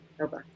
Okay